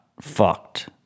fucked